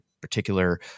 particular